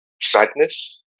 sadness